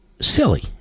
silly